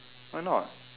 why not